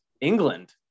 England